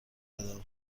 خدمه